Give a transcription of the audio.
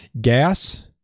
Gas